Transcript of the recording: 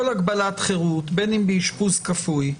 כל הגבלת חירות, בין אם באשפוז כפוי,